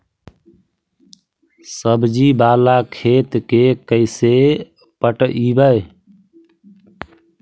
सब्जी बाला खेत के कैसे पटइबै?